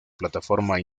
plataforma